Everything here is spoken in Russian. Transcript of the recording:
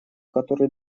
который